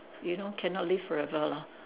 you know cannot live forever lah